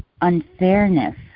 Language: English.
unfairness